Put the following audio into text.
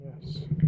Yes